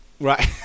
right